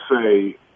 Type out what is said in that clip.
say